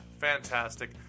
fantastic